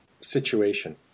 situation